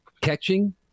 Catching